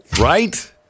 Right